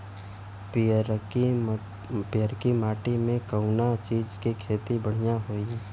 पियरकी माटी मे कउना चीज़ के खेती बढ़ियां होई?